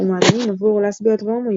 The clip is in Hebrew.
ומועדונים עבור לסביות והומואים,